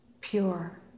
Pure